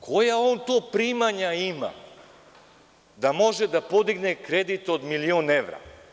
Koja on to primanja ima da može da podigne kredit od miliona evra?